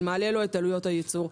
זה מעלה לו את עלויות הייצור,